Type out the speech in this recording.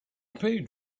paid